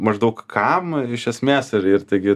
maždaug kam iš esmės ir ir taigi